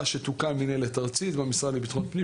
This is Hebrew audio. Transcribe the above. שתוקם מנהלת ארצית במשרד לביטחון פנים,